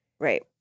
Right